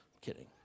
kidding